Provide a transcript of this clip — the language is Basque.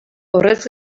horrez